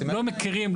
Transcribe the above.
לא מכירים,